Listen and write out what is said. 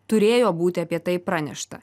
turėjo būti apie tai pranešta